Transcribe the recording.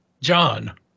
John